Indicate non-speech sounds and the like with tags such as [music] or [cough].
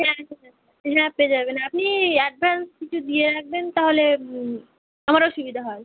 হ্যাঁ [unintelligible] হ্যাঁ পেয়ে যাবেন আপনি অ্যাডভান্স কিছু দিয়ে রাখবেন তাহলে আমারও সুবিধা হয়